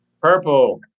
purple